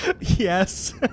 Yes